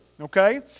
okay